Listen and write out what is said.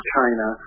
China